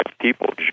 people